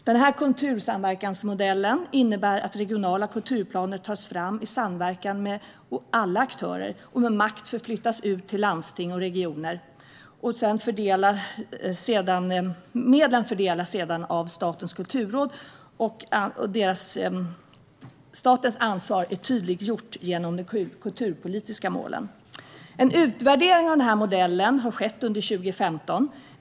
Den här kultursamverkansmodellen innebär att regionala kulturplaner tas fram i samverkan med alla aktörer. Makt förflyttas ut till landsting och regioner. Medlen fördelas sedan av Statens kulturråd, och statens ansvar är tydliggjort genom de kulturpolitiska målen. En utvärdering av modellen har skett under 2015.